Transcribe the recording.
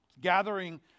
gathering